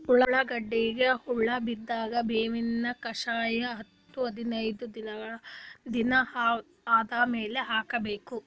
ಉಳ್ಳಾಗಡ್ಡಿಗೆ ಹುಳ ಬಿದ್ದಾಗ ಬೇವಿನ ಕಷಾಯ ಹತ್ತು ಹದಿನೈದ ದಿನ ಆದಮೇಲೆ ಹಾಕಬೇಕ?